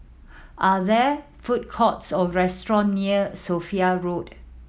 are there food courts or restaurant near Sophia Road